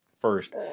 First